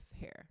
hair